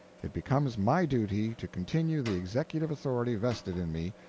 it becomes my duty to continue the executive authority vested in me,